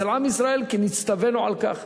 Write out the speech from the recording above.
כי נצטווינו על כך.